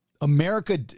America